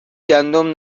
گندم